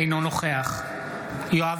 אינו נוכח יואב